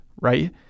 right